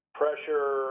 pressure